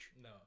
no